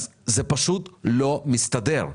זה פשוט לא מסתדר.